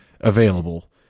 available